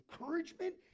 encouragement